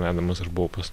vedamas aš buvau pas